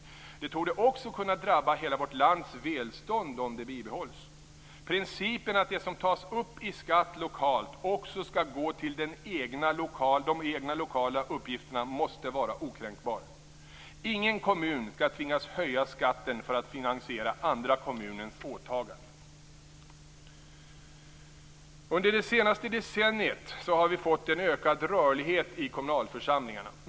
Det torde också kunna drabba hela vårt lands välstånd om det bibehålls. Principen att det som tas upp i skatt lokalt också skall gå till de egna lokala uppgifterna måste vara okränkbar. Ingen kommun skall tvingas höja skatten för att finansiera andra kommuners åtaganden. Herr talman! Under det senaste decenniet har vi fått en ökad rörlighet i kommunalförsamlingarna.